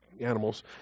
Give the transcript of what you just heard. animals